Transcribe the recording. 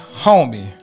homie